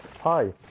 Hi